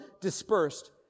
dispersed